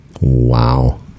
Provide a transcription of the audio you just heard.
Wow